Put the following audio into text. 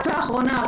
רק לאחרונה,